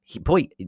boy